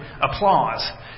applause